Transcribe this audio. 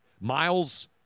Miles –